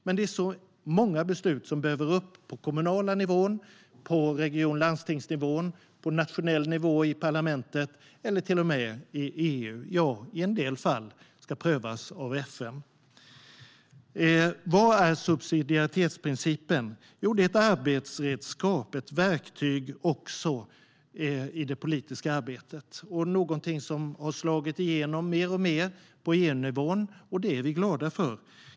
Men det är så många beslut som behöver komma upp på kommunal nivå, på region och landstingsnivå, på nationell nivå i parlamentet eller till och med i EU och i en del fall ska prövas av FN.Vad är subsidiaritetsprincipen? Jo, det är ett arbetsredskap, ett verktyg också i det politiska arbetet. Det är något som har slagit igenom alltmer på EU-nivå, och det är vi glada för.